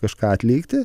kažką atlikti